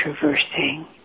traversing